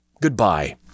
Goodbye